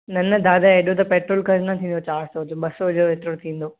न न दादा एॾो त पेट्रोल कॾहिं न थींदो ॿ सौ जो एतिरो थींदो